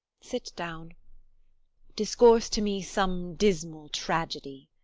sit down discourse to me some dismal tragedy.